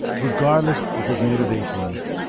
regardless of his motivations,